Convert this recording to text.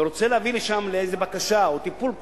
ורוצה להביא לשם איזו בקשה או טיפול כלשהו,